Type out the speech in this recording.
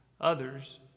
others